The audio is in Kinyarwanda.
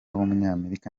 w’umunyamerika